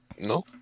No